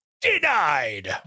Denied